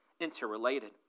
interrelated